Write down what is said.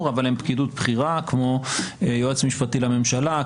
אבל הם פקידות בכירה כמו יועץ משפטי לממשלה,